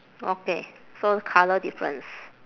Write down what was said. okay so colour difference